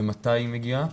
ומתי היא מגיעה.